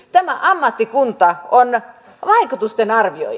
tämä ammattikunta on vaikutusten arvioijat